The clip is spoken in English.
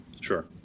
sure